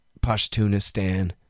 Pashtunistan